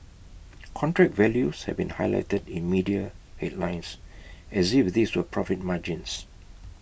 contract values have been highlighted in media headlines as if these were profit margins